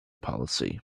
policy